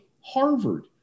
Harvard